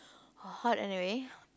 hot anyway